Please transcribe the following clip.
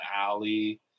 alley